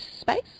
space